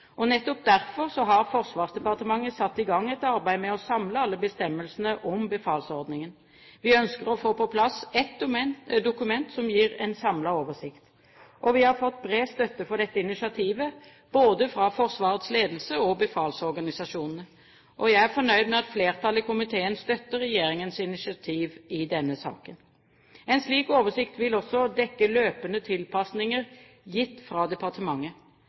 Nettopp derfor har Forsvarsdepartementet satt i gang et arbeid med å samle alle bestemmelsene om befalsordningen. Vi ønsker å få på plass ett dokument som gir en samlet oversikt. Vi har fått bred støtte for dette initiativet både fra Forsvarets ledelse og befalsorganisasjonene. Jeg er fornøyd med at flertallet i komiteen støtter regjeringens initiativ i denne saken. En slik oversikt vil også dekke løpende tilpasninger gitt av departementet.